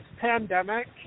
pandemic